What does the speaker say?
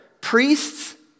Priests